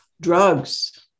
drugs